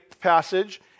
passage